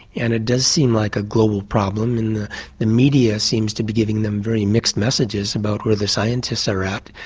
and it does seem like a global problem and the the media seems to be giving them very mixed messages about where the scientists are at.